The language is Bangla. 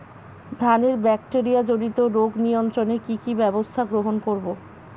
ধানের ব্যাকটেরিয়া জনিত রোগ নিয়ন্ত্রণে কি কি ব্যবস্থা গ্রহণ করব?